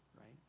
right